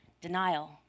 denial